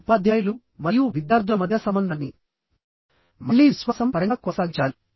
ఉపాధ్యాయులు మరియు విద్యార్థుల మధ్య సంబంధాన్ని మళ్ళీ విశ్వాసం పరంగా కొనసాగించాలి